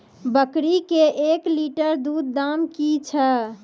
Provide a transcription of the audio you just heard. बकरी के एक लिटर दूध दाम कि छ?